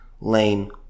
lane